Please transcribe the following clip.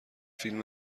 فیلم